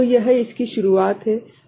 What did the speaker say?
तो यह इसकी शुरुआत है ठीक है